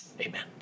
Amen